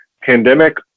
pandemic